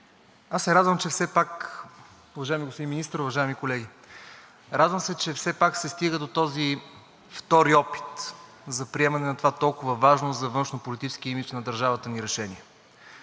господин Председател. Уважаеми господин Министър, уважаеми колеги! Радвам се, че все пак се стигна до този втори опит за приемане на това толкова важно за външнополитическия имидж на държавата ни решение